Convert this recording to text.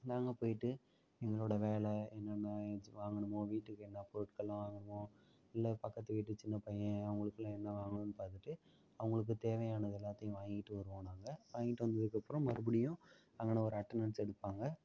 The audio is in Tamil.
நாங்கள் போய்ட்டு எங்களோட வேலை என்னென்ன ஏதாச்சும் வாங்கணுமோ வீட்டுக்கு என்ன பொருட்கள்லாம் வாங்கணுமோ இல்லை பக்கத்து வீட்டு சின்னப் பையன் அவங்களுக்குலாம் என்ன வாங்கணும் பார்த்துட்டு அவங்களுக்கு தேவையானது எல்லாத்தையும் வாங்கிட்டு வருவோம் நாங்கள் வாங்கிட்டு வந்ததுக்கப்புறம் மறுபடியும் அங்கன ஒரு அட்டனன்ஸ் எடுப்பாங்கள்